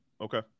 Okay